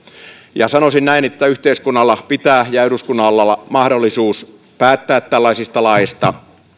ja sanoisin näin että yhteiskunnalla ja eduskunnalla pitää olla mahdollisuus päättää tällaisista laeista